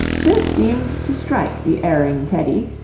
this seemed to strike the erring teddy,